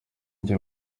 jye